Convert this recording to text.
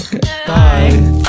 Bye